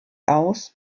aus